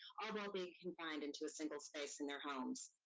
while being confined into a single space in their homes.